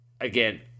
again